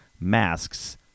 masks